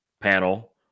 panel